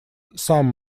some